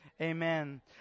Amen